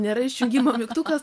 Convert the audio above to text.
nėra išjungimo mygtukas